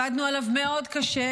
אבל --- עבדנו עליו מאוד קשה,